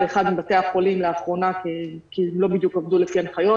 באחד מבתי החולים לאחרונה כי הם לא בדיוק עבדו לפי ההנחיות,